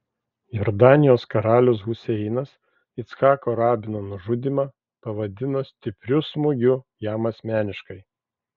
jordanijos karalius huseinas icchako rabino nužudymą pavadino stipriu smūgiu jam asmeniškai